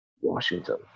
Washington